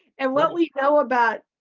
and what we know about